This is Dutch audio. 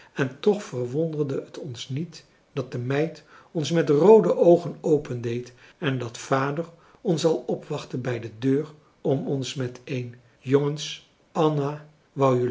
en toch verwonderde het ons niet dat de meid ons met roode oogen opendeed en dat vader ons al opwachtte bij de deur om ons met een jongens anna